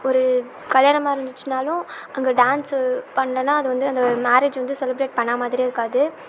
ஒரு கல்யாணமாக இருந்துச்சுனாலும் அங்கே டான்சு பண்ணலைனா அது வந்து மேரேஜ் வந்து செலிப்ரேட் பண்ண மாதிரியே இருக்காது